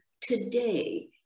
today